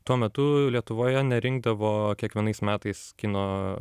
tuo metu lietuvoje nerinkdavo kiekvienais metais kino